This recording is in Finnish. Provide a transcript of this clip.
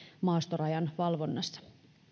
maastorajan valvonnassa